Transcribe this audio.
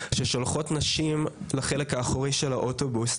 ששולחות נשים לחלק האחורי של האוטובוס,